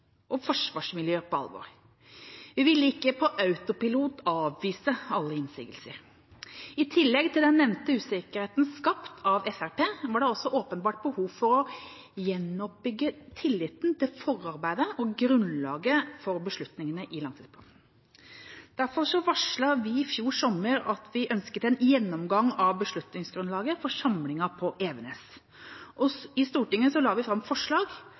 og forsvarsmiljøet på alvor. Vi ville ikke på autopilot avvise alle innsigelsene. I tillegg til den nevnte usikkerheten skapt av Fremskrittspartiet var det også åpenbart behov for å gjenoppbygge tilliten til forarbeidet og grunnlaget for beslutningene i langtidsplanen. Derfor varslet vi i fjor sommer at vi ønsket en gjennomgang av beslutningsgrunnlaget for samlingen på Evenes. I Stortinget la vi fram forslag